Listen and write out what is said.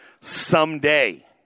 someday